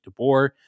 DeBoer